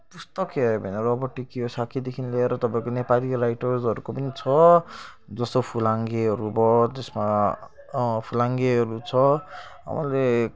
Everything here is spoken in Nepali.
पुस्तक रोबटकीय साक्यदेखि लिएर तपाईँको नेपाली राइटर्सहरूको पनि छ जस्तो फुलाङ्गेहरू भयो त्यसमा फुलाङ्गेहरू छ अहिले